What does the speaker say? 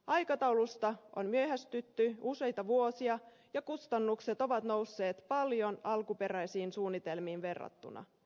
aikataulusta on myöhästytty useita vuosia ja kustannukset ovat nousseet paljon alkuperäisiin suunnitelmiin verrattuna